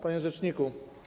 Panie Rzeczniku!